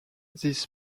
this